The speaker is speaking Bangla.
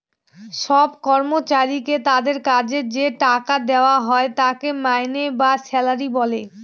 সব কর্মচারীকে তাদের কাজের যে টাকা দেওয়া হয় তাকে মাইনে বা স্যালারি বলে